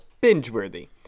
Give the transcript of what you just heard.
binge-worthy